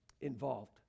involved